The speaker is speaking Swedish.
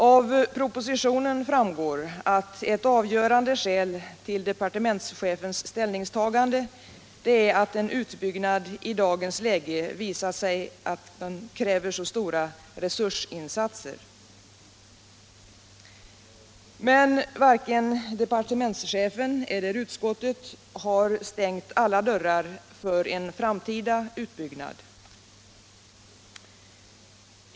Av propositionen framgår att ett avgörande skäl för departementschefens ställningstagande är att en utbyggnad i dagens läge har visat sig kräva så stora resurser. Men varken departementschefen eller utskottet har stängt alla dörrar för en framtida utbyggnad.